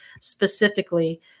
specifically